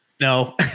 no